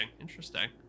interesting